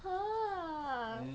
!huh!